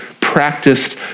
practiced